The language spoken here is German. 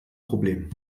problem